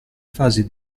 fasi